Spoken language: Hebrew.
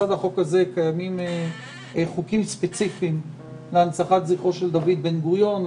לצד החוק הזה קיימים חוקים ספציפיים להנצחת זכרו של דוד בן גוריון,